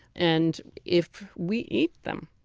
and if we eat them,